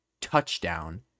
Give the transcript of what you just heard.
touchdown